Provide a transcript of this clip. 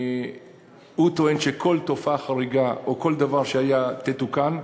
הוא טוען שכל תופעה חריגה או כל דבר שהיה, יתוקן.